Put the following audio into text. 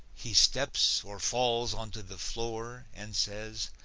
he steps or falls onto the floor and says,